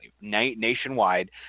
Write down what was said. Nationwide